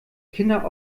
kinder